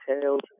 tales